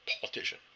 politician